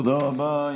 תודה רבה.